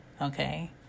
okay